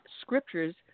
Scriptures